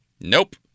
nope